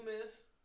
miss